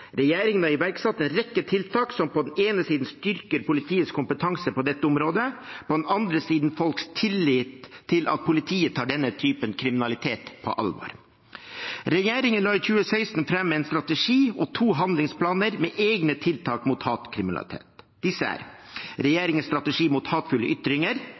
Regjeringen har iverksatt en rekke tiltak som på den ene siden styrker politiets kompetanse på dette området, og som på den andre siden styrker folks tillit til at politiet tar denne typen kriminalitet på alvor. Regjeringen la i 2016 fram en strategi og to handlingsplaner med egne tiltak mot hatkriminalitet. Disse er Regjeringens strategi mot hatefulle ytringer